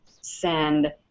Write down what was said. send